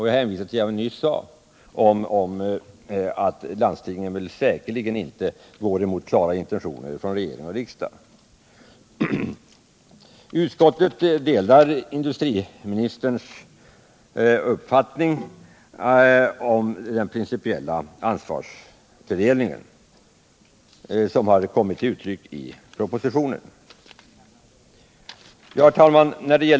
Jag hänvisar till vad jag sade om att landstingen säkerligen inte vill gå emot klara intentioner från regering och riksdag. Utskottet delar industriministerns uppfattning om den principiella ansvarsfördelningen som den kommer till uttryck i propositionen.